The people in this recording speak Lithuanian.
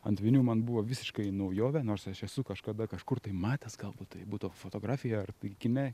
ant vinių man buvo visiškai naujovė nors aš esu kažkada kažkur tai matęs galbūt tai būtų fotografijoj ar tai kine